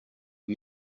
com